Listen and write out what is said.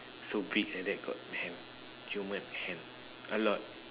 so big like that got hands human hands a lot